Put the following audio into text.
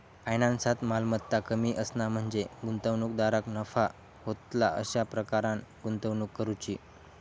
फायनान्सात, मालमत्ता कमी असणा म्हणजे गुंतवणूकदाराक नफा होतला अशा प्रकारान गुंतवणूक करुची